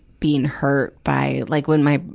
being hurt by, like when my,